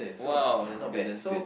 !wow! that's good that's good